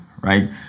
right